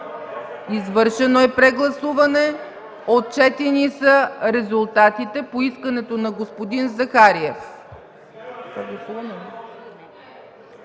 Извършено е прегласуване. Отчетени са резултатите по искането на господин Захари